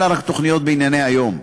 אלא רק תוכניות בענייני היום.